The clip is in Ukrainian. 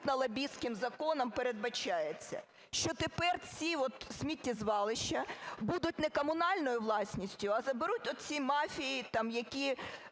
лобістським, законом передбачається? Що тепер ці от сміттєзвалища будуть не комунальною власністю, а заберуть от ці мафії, які